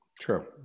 True